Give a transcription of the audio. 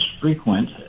frequent